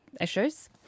issues